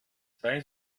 seien